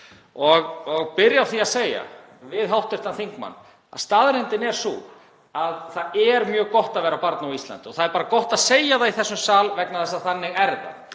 vil byrja á því að segja við hv. þingmann að staðreyndin er sú að það er mjög gott að vera barn á Íslandi og það er bara gott að segja það í þessum sal vegna þess að þannig er það.